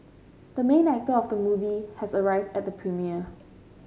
the main actor of the movie has arrived at the premiere